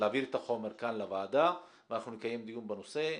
להעביר את החומר לוועדה ואנחנו נקיים דיון בנושא,